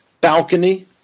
balcony